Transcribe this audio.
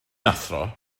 athro